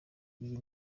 iyi